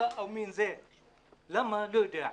אני לא יודע.